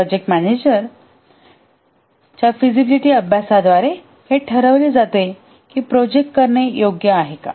project manager च्या feasibility अभ्यासाद्वारे हे ठरवले जाते की प्रोजेक्ट करणे योग्य आहे का